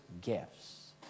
gifts